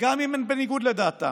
גם אם הן בניגוד לדעתם.